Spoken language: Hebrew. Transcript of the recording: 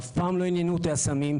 אף פעם לא עניינו אותי הסמים.